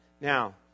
Now